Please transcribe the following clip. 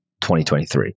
2023